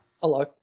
Hello